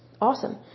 Awesome